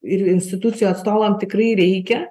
ir institucijų atstovam tikrai reikia